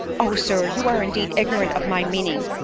o sir! you are indeed ignorant of my meaning,